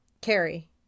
Carrie